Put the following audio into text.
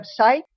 website